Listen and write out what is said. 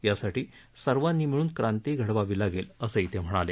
यासाठी सर्वांनी मिळून क्रांती घडवावी लागेल असं ते म्हणाले